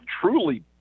truly